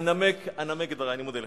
אני מודה לך.